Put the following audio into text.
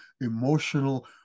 emotional